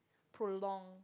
prolong